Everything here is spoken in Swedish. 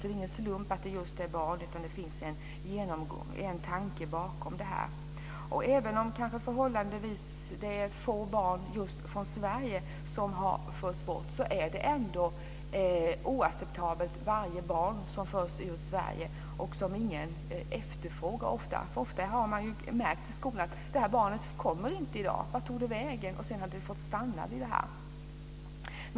Det är ingen slump att det är fråga om just barn, utan det finns en tanke bakom. Även om det är fråga om förhållandevis få barn från just Sverige som har förts bort är det ändå oacceptabelt med varje barn som förs ur Sverige. Ofta är det ingen som efterfrågar dem. Ofta har det märkts i skolan att ett barn inte har kommit. Frågan har ställts vart barnet har tagit vägen, men det har stannat vid det.